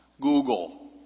Google